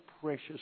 precious